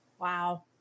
Wow